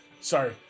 Sorry